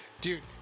dude